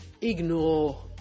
ignore